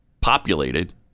populated